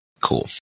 Cool